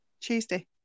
Tuesday